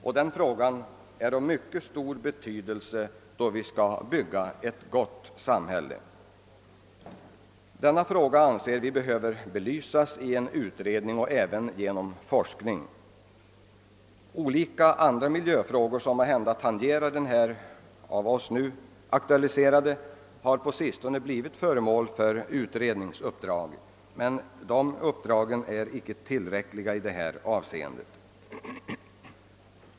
Detta problem har mycket stor vikt då vi skall bygga ett gott samhälle. Vi anser att det behöver belysas i en utredning och även genom. forskning. Olika andra miljöfrågor, som måhända tangerar den av oss nu aktualiserade, har på sistone blivit föremål för. utredningsuppdrag, men de är icke tillräckliga i detta avseende.